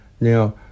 Now